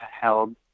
held